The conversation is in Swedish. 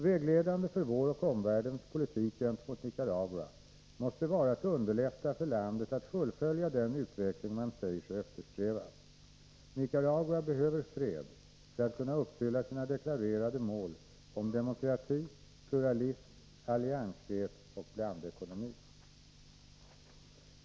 Vägledande för vår och omvärldens politik gentemot Nicaragua måste vara att underlätta för landet att fullfölja den utveckling man säger sig eftersträva. Nicaragua behöver fred för att kunna uppfylla sina deklarerade mål om demokrati, pluralism, alliansfrihet och blandekonomi.